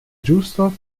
giusto